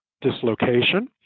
dislocation